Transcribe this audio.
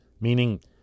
meaning